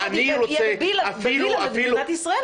אין אבא שלא בונה מעל הבית שלו ומעל הבית שלו ומעל הבית שלו.